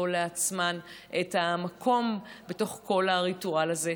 לעצמן את המקום בתוך כל הריטואל הזה,